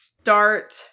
start